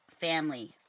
family